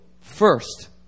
First